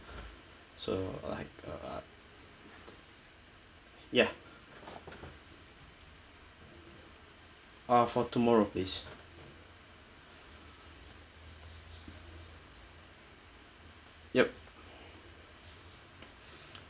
so like uh ya uh for tomorrow please yup